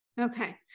Okay